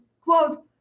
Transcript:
quote